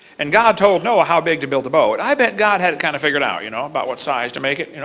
and god told noah how big to build the boat. i bet god had it kind of figured out you know what size to make it,